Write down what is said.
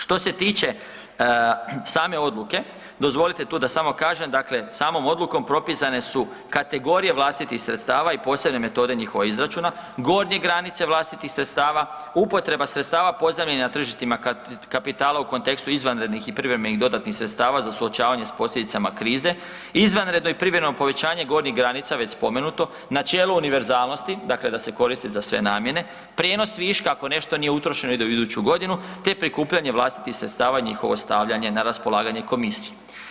Što se tiče same odluke, dozvolite tu da samo kažem dakle, samom odlukom propisane su kategorije vlastitih sredstava i posebne metode njihova izračuna, gornje granice vlastitih sredstava, upotreba sredstava pozajmljena na tržištima kapitala u kontekstu izvanrednih i privremenih dodatnih sredstava za suočavanje s posljedicama krize, izvanredno i privremeno povećanje gornje granica, već spomenuto, načelo univerzalnosti, dakle da se koristi za sve namjene, prijenos viška ako nešto nije utrošeno ide u iduću godinu te prikupljanje vlastitih sredstava i njihovo stavljanje na raspolaganje Komisiji.